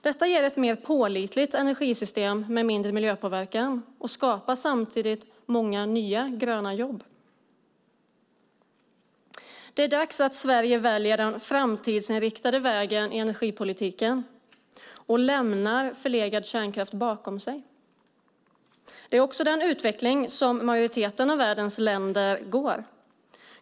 Dessa ger ett mer pålitligt energisystem med mindre miljöpåverkan och skapar samtidigt många nya, gröna jobb. Det är dags att Sverige väljer den framtidsinriktade vägen i energipolitiken och lämnar förlegad kärnkraft bakom sig. Det är också den utveckling som vi ser i majoriteten av världens länder.